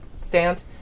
stand